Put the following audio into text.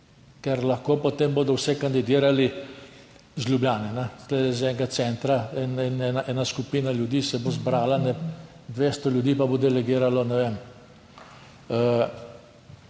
ker lahko, potem bodo vse kandidirali iz Ljubljane, tu iz enega centra in ena skupina ljudi se bo zbrala, 200 ljudi, pa bo delegiralo, ne vem,